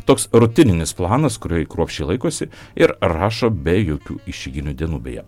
toks rutininis planas kurio ji kruopščiai laikosi ir rašo be jokių išeiginių dienų beje